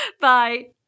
Bye